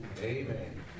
Amen